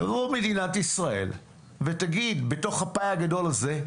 תבוא מדינת ישראל ותגיד: בתוך הפאי הגדול הזה,